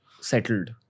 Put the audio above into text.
settled